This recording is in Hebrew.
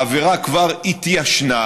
העבירה כבר התיישנה,